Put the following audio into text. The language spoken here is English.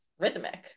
Rhythmic